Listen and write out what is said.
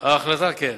כן.